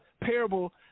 parable